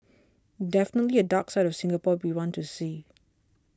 definitely a dark side of Singapore we want to see